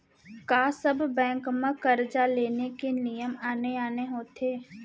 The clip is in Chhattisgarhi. का सब बैंक म करजा ले के नियम आने आने होथे?